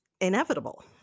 inevitable